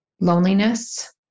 loneliness